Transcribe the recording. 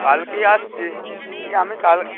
কালকেই আসছি আমি কাল